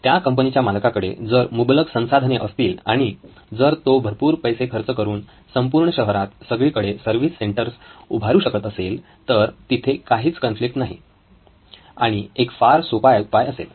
त्या कंपनीच्या मालकाकडे जर मुबलक संसाधने असतील आणि जर तो भरपूर पैसे खर्च करून संपूर्ण शहरात सगळीकडे सर्विस सेंटर्स उभारू शकत असेल तर तिथे काहीच कॉन्फ्लिक्ट नाही आणि तो एक फार सोपा उपाय असेल